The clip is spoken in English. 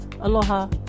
Aloha